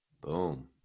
Boom